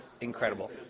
incredible